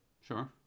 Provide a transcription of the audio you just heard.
sure